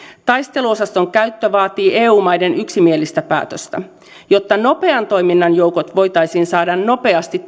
taisteluosaston käyttö vaatii eu maiden yksimielistä päätöstä jotta nopean toiminnan joukot voitaisiin saada nopeasti